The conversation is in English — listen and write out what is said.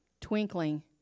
twinkling